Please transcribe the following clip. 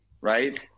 right